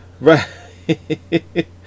Right